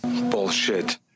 Bullshit